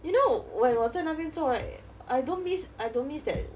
you know when 我在那边做 right I don't miss I don't miss that